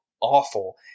awful